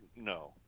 no